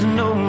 no